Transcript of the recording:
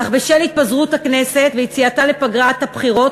אך בשל התפזרות הכנסת ויציאתה לפגרת הבחירות,